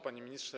Panie Ministrze!